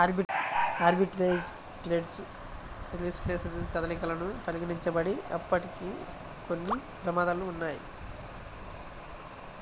arbitrage trades riskless కదలికలను పరిగణించబడినప్పటికీ, కొన్ని ప్రమాదాలు ఉన్నయ్యి